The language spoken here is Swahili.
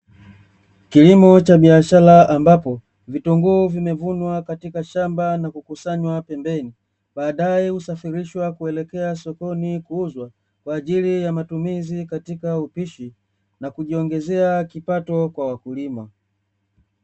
Kilimo cha biashara ambapo vitunguu vimevunwa katika shamba na kukusanywa pembeni, baadae kusafirishwa kuelekea sokoni kuuzwa kwa ajili ya matumizi katika upishi na kujiongezea kipato kwa wakulima.